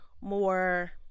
more